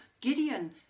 gideon